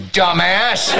dumbass